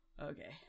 Okay